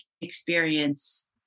experience